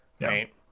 Right